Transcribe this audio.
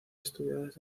estudiadas